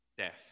death